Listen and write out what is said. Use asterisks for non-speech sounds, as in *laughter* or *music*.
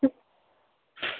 *unintelligible*